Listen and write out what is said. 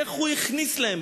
איך הוא הכניס להם.